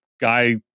guy